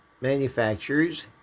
manufacturers